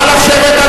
נא לשבת,